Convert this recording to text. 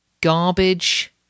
garbage